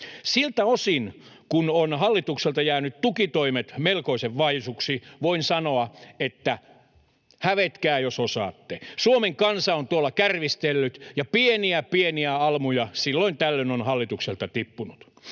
Siltä osin, kun ovat hallitukselta jääneet tukitoimet melkoisen vaisuiksi, voin sanoa, että hävetkää, jos osaatte. Suomen kansa on tuolla kärvistellyt, ja pieniä, pieniä almuja silloin tällöin on hallitukselta tippunut.